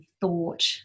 thought